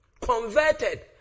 Converted